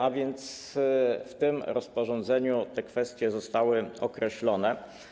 A więc w tym rozporządzeniu te kwestie zostały określone.